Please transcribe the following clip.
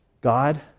God